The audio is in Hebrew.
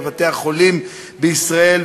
בבתי-החולים בישראל,